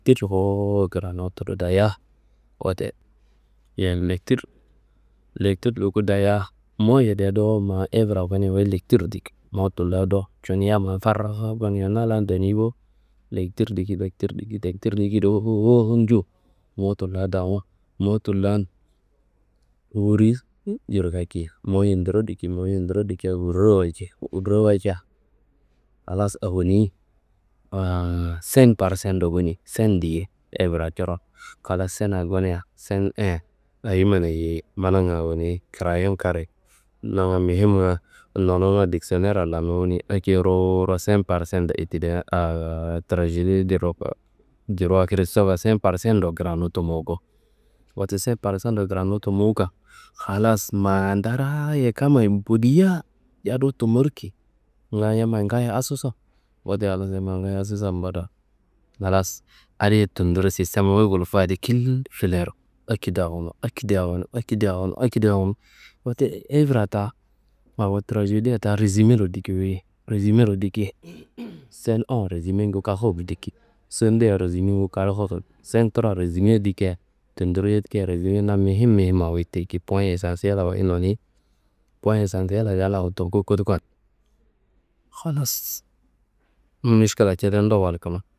krano tudu dayia wote ye lektir, lektir duko dayia mowu yedian dowo hevre gonu wuyi lektirro diki, mowu tullan dowo cinia ma farrrrrrr gonia na lan dani bo lektir diki, lektir diki, lektir diki dowo nju. Mowu tullan mowu tullan wuri yirkaki mowu yindiro diki, mowu yindiro dikia wurro walci wurro walca. Halas awoni aaa seng par sendo goni seng diye hevra coron, halas senga gonia seng e ayi manayei? Mananga awonei kreyon karri mana muhimnga nonuna diksonerra lannu wunia. Akediruwuro seng par sendo etidinia aaa trajedi de ru- ruwa kristoffea seng par sendo kranu tomoko. Wote seng par sendo kranu tomowungan, halas ma daraaaye kammayi budia yadu tomorki nga yamma ngaayo asusa. Wote halas yamma ngaayo asusa mbada halas adiyi tullo sistem wuyi gulkuwu adi kil fileruwu akediro awonu akediro awonu akedeiro awonu akediro awonu. Wote hevra ta awo trajedia ta resumero diki wuyi resume diki sen e resumengu kafuro diki sen dea resumengu kafuro diki, sen truwa resume dikia tendiro yedikia resumenga mihim muhimawa wuyi diki poyi esasilla wuyi noni, poyi esasilla yallaro tulku kodukan halas miškila jenuro walkuno.